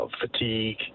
fatigue